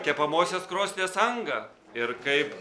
kepamosios krosnies angą ir kaip